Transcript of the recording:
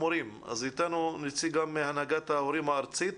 את נציגת הנהגת ההורים הארצית,